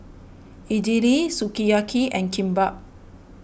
Idili Sukiyaki and Kimbap